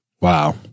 Wow